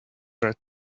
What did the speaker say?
red